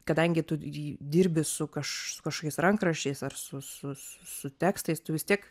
kadangi tu jį dirbi su kaš kašokiais rankraščiais ar su su su tekstais tu vis tiek